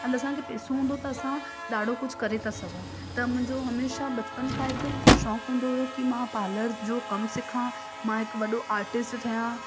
अञा असांखे पैसो हूंदो त असां ॾाढो कुझु करे था सघूं त मुंहिंजो हमेशा बचपन खां हिकु शौक़ु हूंदो हुओ की मां पार्लर जो कमु सिखा मां हिकु वॾो आटिस्ट ठहियां